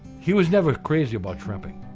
he was never crazy about shrimping.